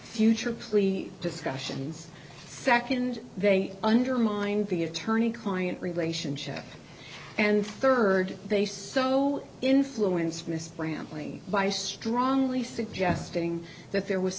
future plea discussions second they undermined the attorney client relationship and third they so influenced miss bramley by strongly suggesting that there was